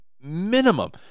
minimum